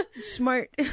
Smart